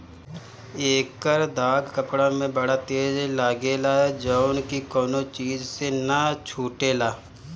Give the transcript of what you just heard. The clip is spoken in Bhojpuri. एकर दाग कपड़ा में बड़ा तेज लागेला जउन की कवनो चीज से ना छुटेला